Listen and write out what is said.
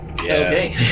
Okay